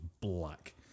black